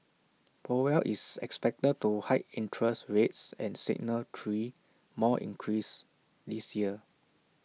powell is expected to hike interest rates and signal three more increases this year